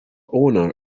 owner